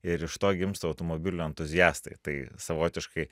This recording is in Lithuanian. ir iš to gimsta automobilių entuziastai tai savotiškai